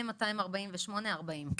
248.40 בישראל.